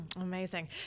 Amazing